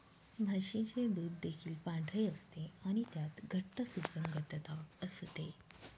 म्हशीचे दूध देखील पांढरे असते आणि त्यात घट्ट सुसंगतता असते